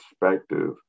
perspective